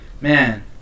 man